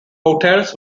hotels